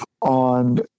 on